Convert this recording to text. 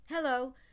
Hello